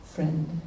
Friend